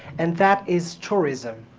and that is tourism,